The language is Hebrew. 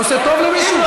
זה עושה טוב למישהו?